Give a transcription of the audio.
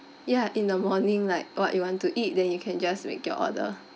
ya in the morning like what you want to eat then you can just make your order